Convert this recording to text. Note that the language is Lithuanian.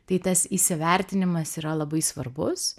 tai tas įsivertinimas yra labai svarbus